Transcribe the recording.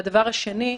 והדבר השני,